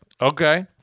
Okay